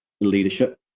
leadership